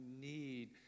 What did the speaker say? need